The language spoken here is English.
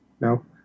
No